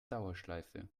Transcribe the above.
dauerschleife